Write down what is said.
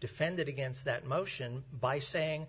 defended against that motion by saying